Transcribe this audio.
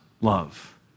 love